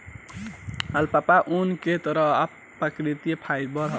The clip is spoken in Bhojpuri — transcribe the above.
अल्पाका ऊन, एक तरह के प्राकृतिक फाइबर ह